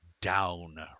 down